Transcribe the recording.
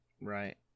Right